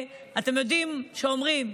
אתם יודעים, אומרים: